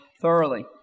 thoroughly